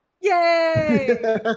Yay